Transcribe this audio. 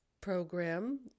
program